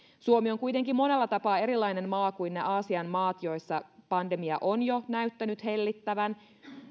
suomi on kuitenkin monella tapaa erilainen maa kuin ne aasian maat joissa pandemia on jo näyttänyt hellittävän